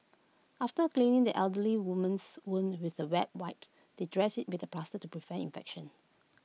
after cleaning the elderly woman's wound with the wet wipes they dressed IT with A plaster to prevent infection